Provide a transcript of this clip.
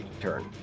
turn